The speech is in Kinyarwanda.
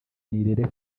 nirere